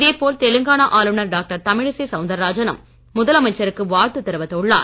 இதேபோல் தெலுங்கானா ஆளுநர் டாக்டர் தமிழிசை சௌந்தர்ராஜனும் முதலமைச்சருக்கு வாழ்த்து தெரிவித்துள்ளார்